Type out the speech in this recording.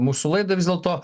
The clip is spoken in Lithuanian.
mūsų laidą vis dėlto